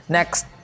Next